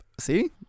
see